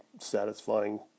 satisfying